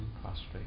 prostrate